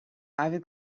ivy